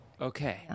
Okay